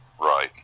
Right